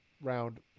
round